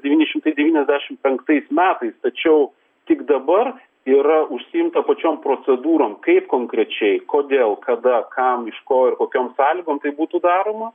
devyni šimtai devyniasdešimt penktais metais tačiau tik dabar yra užsiimta pačiom procedūrom kaip konkrečiai kodėl kada kam iš ko ir kokiom sąlygom tai būtų daroma